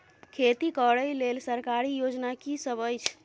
खेती करै लेल सरकारी योजना की सब अछि?